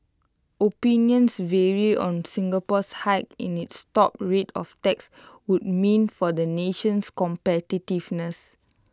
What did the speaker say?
opinions vary on Singapore's hike in its top rate of tax would mean for the nation's competitiveness